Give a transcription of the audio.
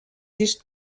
disc